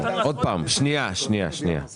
אתה